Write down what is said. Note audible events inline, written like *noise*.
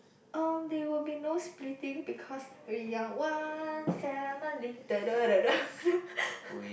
um there will be no splitting because we are one family *noise* *laughs*